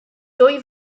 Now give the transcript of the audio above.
dwy